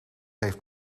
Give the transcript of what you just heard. heeft